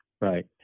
Right